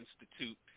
Institute